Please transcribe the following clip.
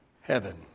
heaven